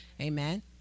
Amen